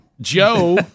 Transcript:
Joe